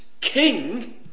King